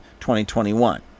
2021